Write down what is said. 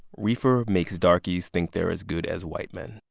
reefer makes darkies think they're as good as white men.